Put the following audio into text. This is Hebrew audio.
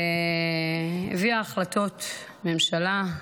והביאה החלטות ממשלה,